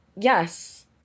Yes